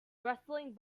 wrestling